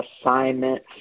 assignment